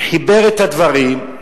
חיבר את הדברים.